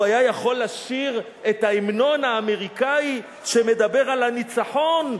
הוא היה יכול לשיר את ההמנון האמריקני שמדבר על הניצחון,